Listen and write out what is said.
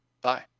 Bye